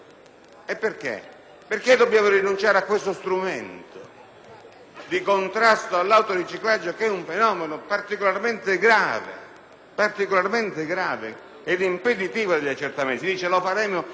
di contrasto all'autoriciclaggio, che è un fenomeno particolarmente grave e impeditivo di accertamenti? Si dice che ce ne occuperemo in un altro momento. Ebbene, dato che non esistono ragioni